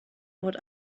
what